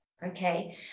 Okay